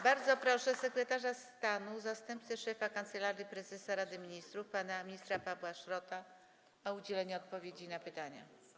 Bardzo proszę sekretarza stanu, zastępcę szefa Kancelarii Prezesa Rady Ministrów pana ministra Pawła Szrota o udzielenie odpowiedzi na pytania.